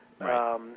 Right